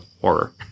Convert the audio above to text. horror